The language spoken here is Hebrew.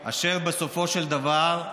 אשר בסופו של דבר,